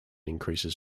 increases